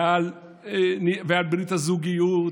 ועל ברית הזוגיות,